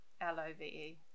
L-O-V-E